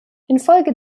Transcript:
infolge